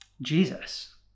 Jesus